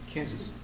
Kansas